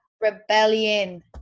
rebellion